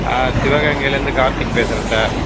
ஆ சிவகங்கையிலேருந்து கார்த்திக் பேசுகிறேன் சார்